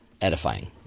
edifying